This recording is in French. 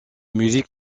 musique